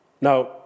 Now